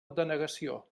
denegació